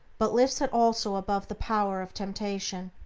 but lifts it also above the power of temptation.